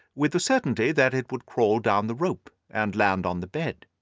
with the certainty that it would crawl down the rope and land on the bed.